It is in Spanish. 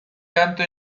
canto